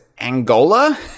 Angola